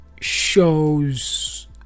Shows